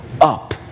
up